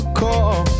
call